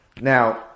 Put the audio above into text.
Now